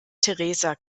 teresa